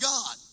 God